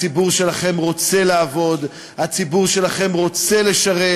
הציבור שלכם רוצה לעבוד, הציבור שלכם רוצה לשרת.